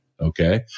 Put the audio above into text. Okay